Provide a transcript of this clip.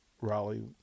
Raleigh